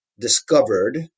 discovered